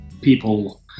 people